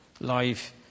life